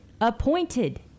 appointed